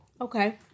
Okay